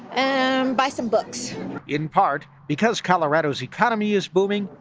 and buy some books in part, because colorado's economy is booming,